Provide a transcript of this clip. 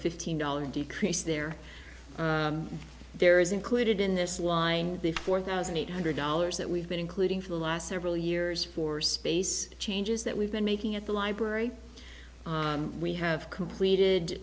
fifteen dollars decrease there there is included in this line four thousand eight hundred dollars that we've been including for the last several years for space changes that we've been making at the library we have completed